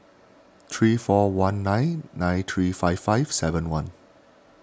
three four one nine nine three five five seven one